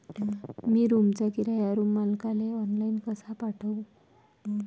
मी रूमचा किराया रूम मालकाले ऑनलाईन कसा पाठवू?